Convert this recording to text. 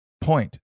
point